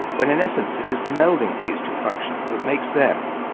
when in essence it is the melding of these two functions that makes them,